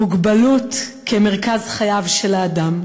המוגבלות כמרכז חייו של האדם.